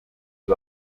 ibi